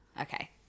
okay